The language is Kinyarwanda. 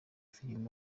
film